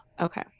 Okay